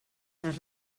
les